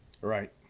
Right